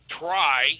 try